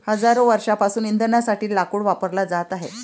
हजारो वर्षांपासून इंधनासाठी लाकूड वापरला जात आहे